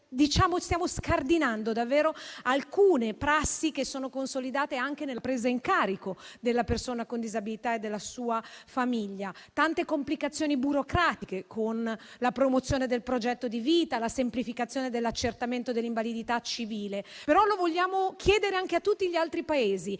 stiamo scardinando davvero alcune prassi che sono consolidate anche nella presa in carico della persona con disabilità e della sua famiglia, tante complicazioni burocratiche, con la promozione ad esempio del progetto di vita e la semplificazione dell'accertamento dell'invalidità civile. Vogliamo chiederlo però anche a tutti gli altri Paesi,